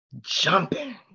jumping